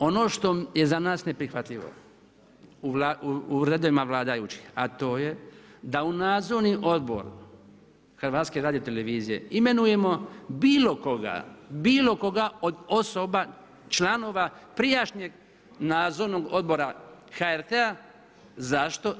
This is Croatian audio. Ono što je za nas neprihvatljivo, u redovima vladajućih, a to je da u nadzorni odbor HRT-a imenujemo bilo koga, bilo koga od osoba, članova, prijašnjeg nadzornog odbora HRT-a, zašto?